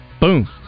boom